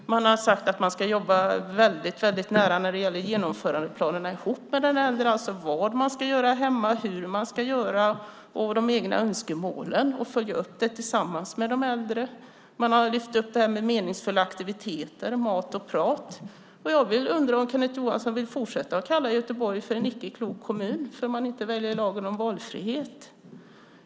Man har sagt att man, när det gäller genomförandeplanerna, ska jobba väldigt nära ihop med den äldre, alltså om vad man ska göra hemma, hur man ska göra det och beträffande egna önskemål. Det ska också följas upp tillsammans med den äldre. Man har lyft upp det här med meningsfulla aktiviteter, mat och prat. Jag undrar om Kenneth Johansson vill fortsätta kalla Göteborg för en icke klok kommun för att man inte väljer lagen om valfrihet.